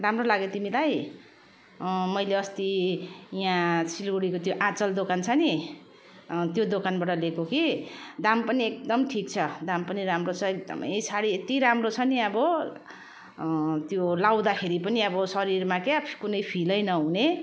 राम्रो लाग्यो तिमीलाई मैले अस्ति यहाँ सिलगडीको त्यो आँचल दोकान छ नि त्यो दोकानबाट ल्याएको कि दाम पनि एकदम ठिक छ दाम पनि राम्रो छ एकदम साडी यति राम्रो छ नि अब त्यो लाउँदाखेरि पनि अब शरिरमा क्या कुनै फिलै नहुने